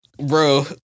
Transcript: bro